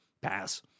Pass